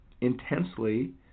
intensely